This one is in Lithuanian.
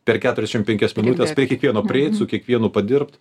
per keturiasdešimt penkias minutes prie kiekvieno prieit su kiekvienu padirbt